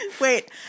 Wait